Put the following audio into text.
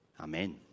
Amen